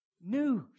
news